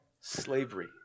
slavery